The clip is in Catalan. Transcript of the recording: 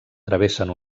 travessen